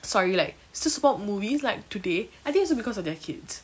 sorry like still support movies like today I think also because of their kids